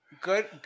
good